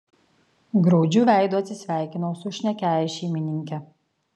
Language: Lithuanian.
graudžiu veidu atsisveikinau su šnekiąja šeimininke